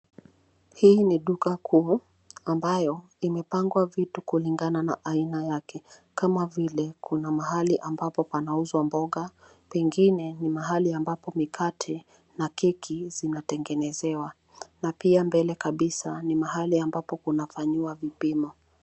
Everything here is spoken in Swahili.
Hii ni duka kuu ambayo imepangwa vitu kulingana na aina yake kama vile kuna mahali ambapo panauzwa mboga, pengine ni mahali ambapo mikate na keki zinatengenezewa na pia mbele kabisa ni mahali ambapo kunafanyiwa vipimo.